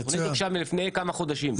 התוכנית הוגשה לפני כמה חודשים.